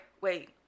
wait